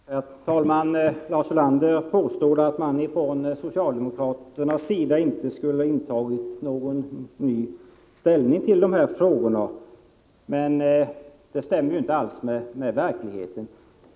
Herr talman! Lars Ulander påstår att man från socialdemokraternas sida inte skulle ha intagit någon ny ståndpunkt i de här frågorna. Men det stämmer ju inte alls med verkligheten.